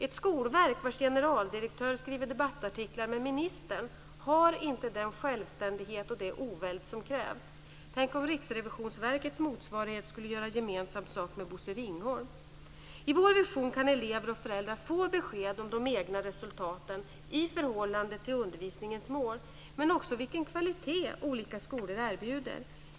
Ett skolverk vars generaldirektör skriver debattartiklar med ministern har inte den självständighet och det oväld som krävs. Tänk om Riksrevisionsverkets motsvarighet skulle göra gemensam sak med Bosse Ringholm! I vår vision kan elever och föräldrar få besked om de egna resultaten i förhållande till undervisningens mål men också vilken kvalitet olika skolor erbjuder.